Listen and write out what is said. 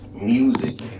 music